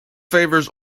favours